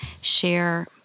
share